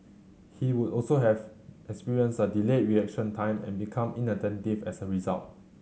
he would also have experienced a delayed reaction time and become inattentive as a result